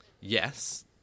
Yes